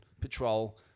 Patrol